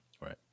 Right